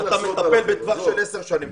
אתה מטפל בטווח של עשר שנים.